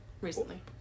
recently